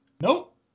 nope